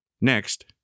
Next